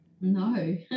No